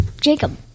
Jacob